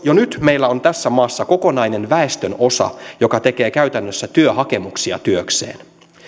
jo nyt meillä on tässä maassa kokonainen väestönosa joka tekee käytännössä työhakemuksia työkseen